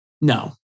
No